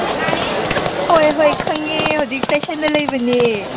ꯍꯣꯏ ꯍꯣꯏ ꯈꯪꯉꯦ ꯍꯧꯖꯤꯛ ꯐꯦꯁꯟꯗ ꯂꯩꯕꯅꯦ